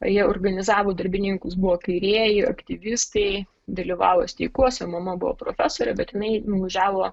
jie organizavo darbininkus buvo kairieji aktyvistai dalyvavo streikuose mama buvo profesorė bet jinai nuvažiavo